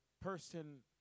person